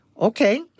okay